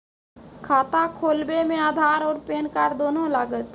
खाता खोलबे मे आधार और पेन कार्ड दोनों लागत?